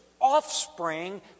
offspring